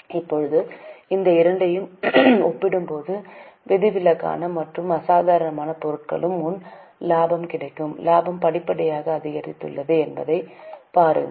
இப்போது இந்த இரண்டையும் ஒப்பிடும்போது விதிவிலக்கான மற்றும் அசாதாரணமான பொருட்களுக்கு முன் லாபம் கிடைக்கும் லாபம் படிப்படியாக அதிகரித்துள்ளது என்பதைப் பாருங்கள்